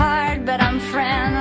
hard, but i'm friendly,